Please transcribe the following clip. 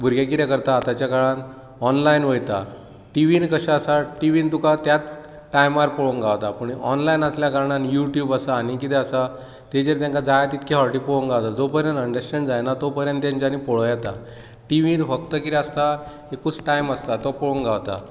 भुरगे कितें करतात आतांच्या काळांत ऑनलायन वयतात टीव्हीन कशें आसा टिव्हीन तुका त्याच टायमार पळोवंक गावता पूण ऑनलायन आसल्या कारणान युट्यूब आसा आनी कितें आसा ताचेर तांका जाय तितलें फावटी पळोवंक मेळटा जो पर्यंत अंडरस्टेंड जायना तो पर्यंत तांच्यानी पळोवं येता टिव्हीर फक्त कितें आसता एकूच टायम आसता तो पळोवंक गावता